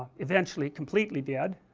eventually completely dead,